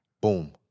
boom